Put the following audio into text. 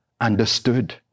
understood